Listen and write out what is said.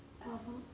அப்போ:appo